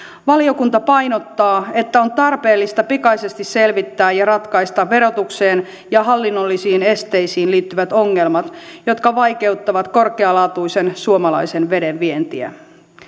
valiokunta painottaa että on tarpeellista pikaisesti selvittää ja ratkaista verotukseen ja hallinnollisiin esteisiin liittyvät ongelmat jotka vaikeuttavat korkealaatuisen suomalaisen veden vientiä